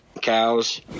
cows